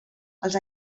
els